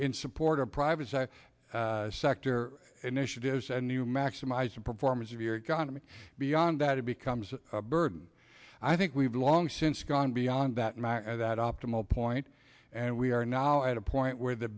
in support of private sector initiatives and new maximize the performance of your economy beyond that it becomes a burden i think we've long since gone beyond that matter that optimal point and we are now at a point where the